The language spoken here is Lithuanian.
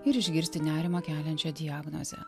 ir išgirsti nerimą keliančią diagnozę